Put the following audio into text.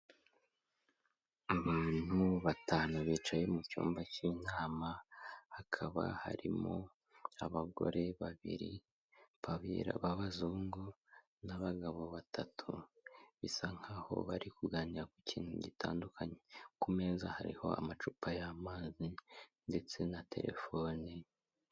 Abatanu bicaye mu cyumba cy'inama, hakaba harimo abagore babiri b'abazungu n'abagabo batatu bisa nkaho bari kuganira ku kintu gitandukanye, ku meza hariho amacupa y'amazi ndetse na terefone.